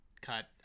cut